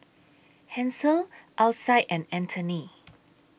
Hansel Alcide and Anthony